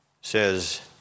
says